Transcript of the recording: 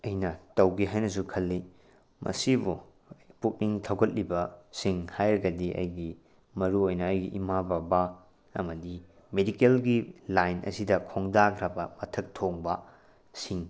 ꯑꯩꯅ ꯇꯧꯒꯦ ꯍꯥꯏꯅꯁꯨ ꯈꯜꯂꯤ ꯃꯁꯤꯕꯨ ꯄꯨꯛꯅꯤꯡ ꯊꯧꯒꯠꯂꯤꯕꯁꯤꯡ ꯍꯥꯏꯔꯒꯗꯤ ꯑꯩꯒꯤ ꯃꯔꯨ ꯑꯣꯏꯅ ꯑꯩꯒꯤ ꯏꯃꯥ ꯕꯕꯥ ꯑꯃꯗꯤ ꯃꯦꯗꯤꯀꯦꯜꯒꯤ ꯂꯥꯏꯟ ꯑꯁꯤꯗ ꯈꯣꯡꯗꯥꯈ꯭ꯔꯕ ꯃꯊꯛ ꯊꯣꯡꯕꯁꯤꯡ